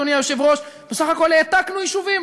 אדוני היושב-ראש: בסך הכול העתקנו יישובים,